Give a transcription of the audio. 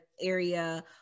area